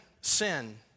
sin